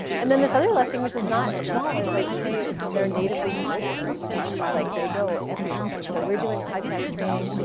and then this other lesson which is not small is like say it's their natively global, you know this is like they go everywhere. so we're doing podcast training,